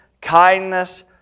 kindness